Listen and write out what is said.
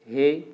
hey